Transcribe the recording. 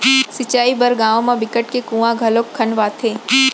सिंचई बर गाँव म बिकट के कुँआ घलोक खनवाथे